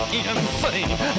insane